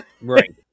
right